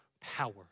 power